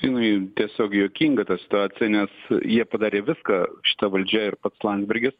jinai tiesiog juokinga ta situacija nes jie padarė viską šita valdžia ir pats landsbergis